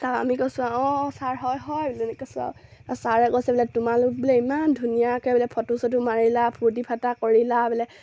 আমি কৈছোঁ আৰু অঁ অঁ ছাৰ হয় হয় বোলো এনেকৈ কৈছোঁ আও ছাৰে কৈছে বোলে তোমালোক বোলে ইমান ধুনীয়াকৈ বোলে ফটো চটো মাৰিলা ফূৰ্তি ফাৰ্টা কৰিলা বোলে